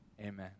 amen